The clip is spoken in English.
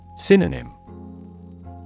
Synonym